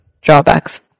drawbacks